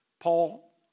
Paul